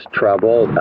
trouble